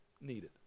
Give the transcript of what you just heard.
needed